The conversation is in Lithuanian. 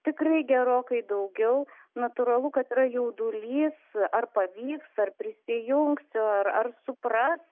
tikrai gerokai daugiau natūralu kad yra jaudulys ar pavyks ar prisijungsiu ar ar supras